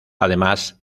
además